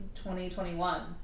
2021